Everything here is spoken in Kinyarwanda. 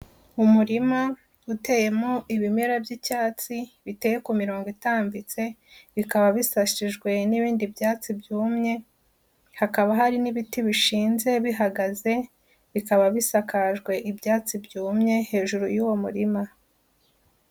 Umurima uteyemo ibimera by'icyatsi, biteye ku mirongo itambitse, bikaba bisasijwe n'ibindi byatsi byumye, hakaba hari n'ibiti bishinze bihagaze, bikaba bisakajwe ibyatsi byumye hejuru y'uwo murima.